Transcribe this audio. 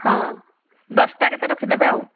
ହଁ ଦଶଟା କେତେ ରଖିଦେବେ ଆଉ